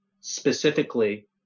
specifically